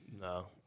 No